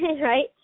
right